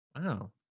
Wow